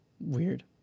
weird